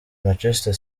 manchester